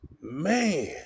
Man